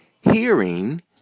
hearing